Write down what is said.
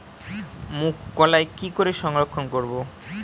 মুঘ কলাই কি করে সংরক্ষণ করব?